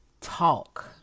talk